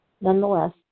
Nonetheless